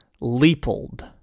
Leopold